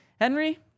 Henry